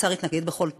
האוצר התנגד בכל תוקף.